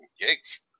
gigs